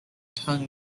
tongue